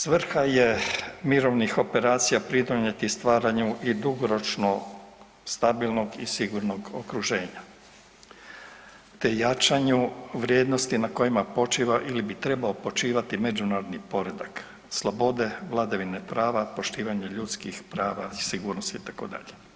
Svrha je mirovnih operacija pridonijeti stvaranju i dugoročno stabilnog i sigurnog okruženja, te jačanju vrijednosti na kojima počiva ili bi trebao počivati međunarodni poredak slobode, vladavine prava, poštivanje ljudskih prava i sigurnosti itd.